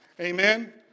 Amen